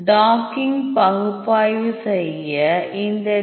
docking பகுப்பாய்வு செய்யச் இந்த டி